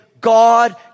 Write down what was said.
God